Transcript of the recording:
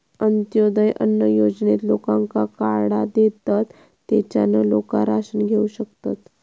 अंत्योदय अन्न योजनेत लोकांका कार्डा देतत, तेच्यान लोका राशन घेऊ शकतत